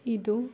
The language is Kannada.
ಇದು